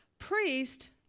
priest